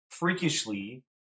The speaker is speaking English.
freakishly